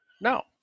No